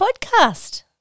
podcast